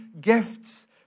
gifts